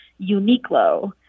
Uniqlo